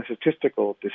statistical